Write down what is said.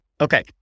Okay